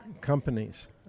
companies